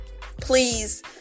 please